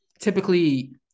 typically